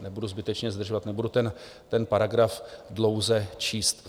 Nebudu zbytečně zdržovat, nebudu ten paragraf dlouze číst.